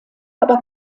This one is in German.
aber